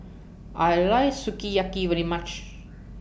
I like Sukiyaki very much